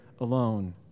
alone